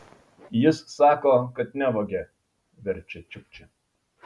jis sako kad nevogė verčia čiukčia